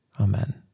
Amen